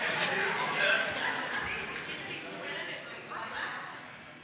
חברת הכנסת זנדברג.